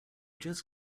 just